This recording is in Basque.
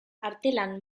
artelan